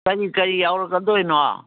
ꯀꯔꯤ ꯀꯔꯤ ꯌꯥꯎꯔꯛꯀꯗꯣꯏꯅꯣ